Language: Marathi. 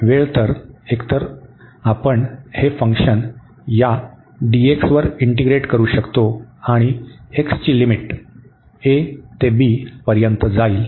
वेळ तर एकतर आपण हे फंक्शन या dx वर इंटीग्रेट करू शकतो आणि x ची लिमिट a ते b पर्यंत जाईल